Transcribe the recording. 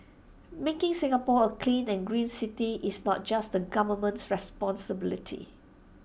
making Singapore A clean and green city is not just the government's responsibility